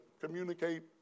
communicate